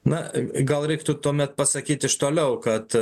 na gal reiktų tuomet pasakyt iš toliau kad